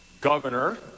governor